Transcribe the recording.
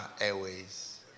Airways